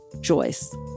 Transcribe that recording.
Joyce